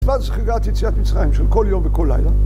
וה"זכירת יציאת מצרים" של כל יום וכל לילה